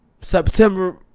September